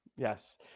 Yes